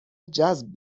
جذب